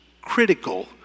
critical